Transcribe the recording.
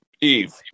Eve